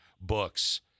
Books